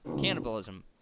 Cannibalism